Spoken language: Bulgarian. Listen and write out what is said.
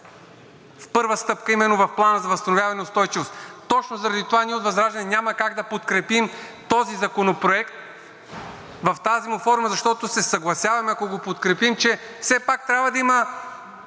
Първа стъпка именно в Плана за възстановяване и устойчивост. Точно заради това ние от ВЪЗРАЖДАНЕ няма как да подкрепим този законопроект в тази му форма, защото се съгласяваме, ако го подкрепим, че все пак трябва да има